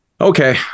Okay